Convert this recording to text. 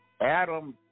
Adam